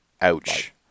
Ouch